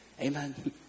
Amen